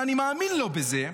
ואני מאמין לו בזה,